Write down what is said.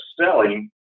selling